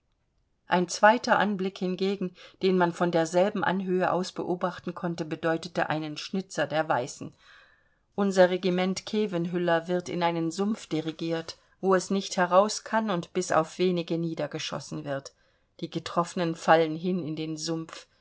ein zweiter anblick hingegen den man von derselben anhöhe aus beobachten konnte bedeutete einen schnitzer der weißen unser regiment khevenhüller wird in einen sumpf dirigiert wo es nicht herauskann und bis auf wenige niedergeschossen wird die getroffenen fallen hin in den sumpf